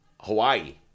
Hawaii